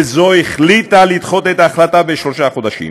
וזו החליטה לדחות את החלטתה בשלושה חודשים.